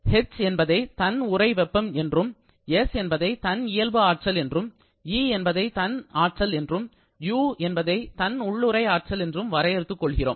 எனவே 'h' என்பதை தன் உறை வெப்பம் என்றும் 's' என்பதை தன் இயல்பு ஆற்றல் என்றும் 'e' என்பதை தன் ஆற்றல் என்றும் 'u' என்பதை தன் உள்ளுறை ஆற்றல் என்றும் வரையறுத்து கொள்கிறோம்